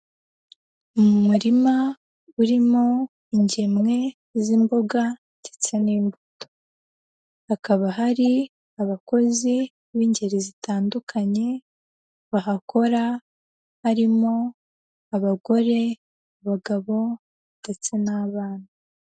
Mu murima urimo ingemwe z'imboga ndetse n'imbuto, hakaba hari abakozi b'ingeri zitandukanye bahakora, harimo abagore, abagabo ndetse n'abana.